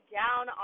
down